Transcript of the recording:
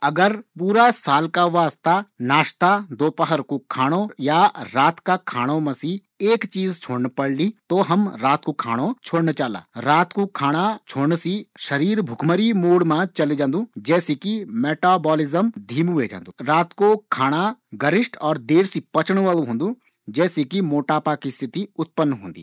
अगर पूरा साल का वास्ता नाश्ता लंच या रात्रि का भोजन मा सी एक भोजन छोड़न होलु तो फिर हम रात्रि का भोजन ते छोड़ला क्योंकि रात्रि का भोजन ते पचौण मा थोड़ी देर लगदी जैसी हमारा शरीर मा मोटापा जन्नी समस्या उतपन्न ह्वे सकदी